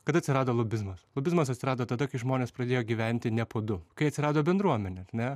kada atsirado lobizmas lobizmas atsirado tada kai žmonės pradėjo gyventi ne po du kai atsirado bendruomenė ne